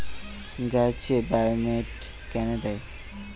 গাছে বায়োমেট কেন দেয়?